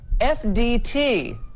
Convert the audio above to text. FDT